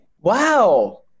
wow